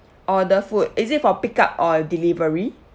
order food is it for pick up or delivery